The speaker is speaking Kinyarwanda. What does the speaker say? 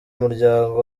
muryango